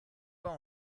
pas